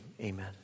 Amen